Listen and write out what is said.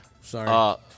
Sorry